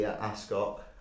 ascot